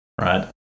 right